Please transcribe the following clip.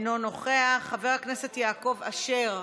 אינו נוכח, חבר הכנסת יעקב אשר,